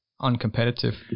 uncompetitive